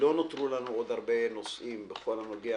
לא נותרו לנו עוד הרבה נושאים בכל הנוגע